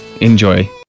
enjoy